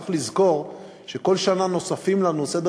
צריך לזכור שבכל שנה נוספים לנו סדר